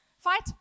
Fight